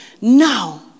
Now